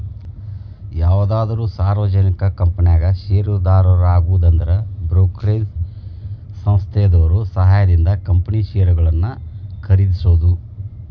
ಯಾವುದಾದ್ರು ಸಾರ್ವಜನಿಕ ಕಂಪನ್ಯಾಗ ಷೇರುದಾರರಾಗುದಂದ್ರ ಬ್ರೋಕರೇಜ್ ಸಂಸ್ಥೆದೋರ್ ಸಹಾಯದಿಂದ ಕಂಪನಿ ಷೇರುಗಳನ್ನ ಖರೇದಿಸೋದು